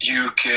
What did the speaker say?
UK